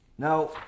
Now